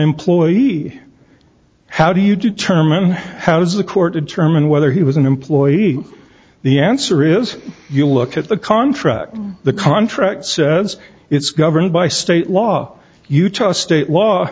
employee how do you determine how does the court determine whether he was an employee the answer is you look at the contract the contract says it's governed by state law utah state law